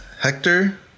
Hector